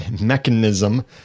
mechanism